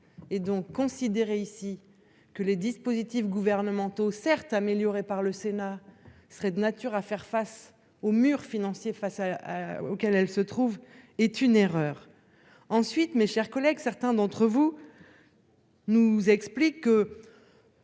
et donc considéré ici que les dispositifs gouvernementaux certes amélioré par le Sénat serait de nature à faire face au mur financier face. Auquel elle se trouve est une erreur. Ensuite, mes chers collègues. Certains d'entre vous. Nous explique que.